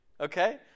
Okay